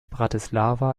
bratislava